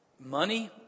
money